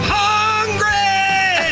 hungry